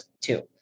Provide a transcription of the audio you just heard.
two